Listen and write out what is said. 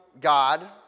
God